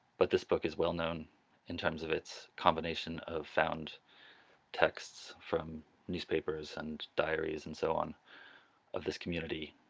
but this book is well known in terms of its combination of found texts from newspapers and diaries and so on of this community,